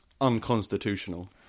unconstitutional